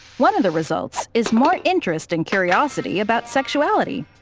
one of the results is more interest and curiosity about sexuality.